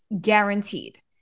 guaranteed